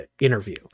interview